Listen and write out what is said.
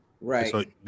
Right